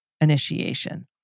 initiation